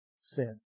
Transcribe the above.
sin